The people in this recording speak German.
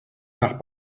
nach